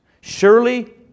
Surely